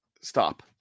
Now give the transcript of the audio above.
stop